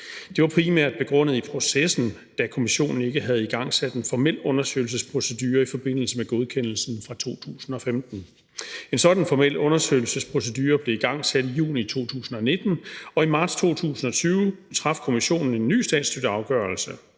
Det var primært begrundet i processen, da Kommissionen ikke havde igangsat en formel undersøgelsesprocedure i forbindelse med godkendelsen fra 2015. En sådan formel undersøgelsesprocedure blev igangsat i juni 2019, og i marts 2020 traf Kommissionen en ny statsstøtteafgørelse.